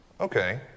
Okay